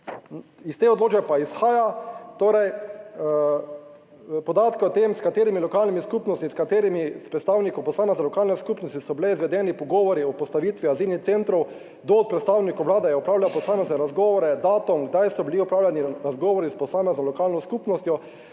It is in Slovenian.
iz te odločbe pa izhaja, torej podatki o tem, s katerimi lokalnimi skupnostmi, s katerimi predstavniki posamezne lokalne skupnosti so bili izvedeni pogovori o postavitvi azilnih centrov, kdo od predstavnikov Vlade je opravljal posamezne razgovore, datum kdaj so bili opravljeni razgovori s posamezno lokalno skupnostjo